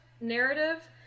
narrative